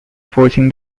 forcing